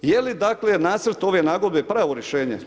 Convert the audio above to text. Je li dakle nacrt ove nagodbe pravo rješenje?